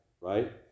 right